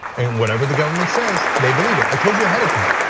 and whatever the government says they believe it, i told you ahead of time.